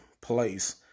place